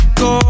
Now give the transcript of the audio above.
go